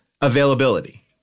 availability